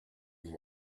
and